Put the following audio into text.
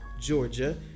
georgia